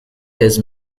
his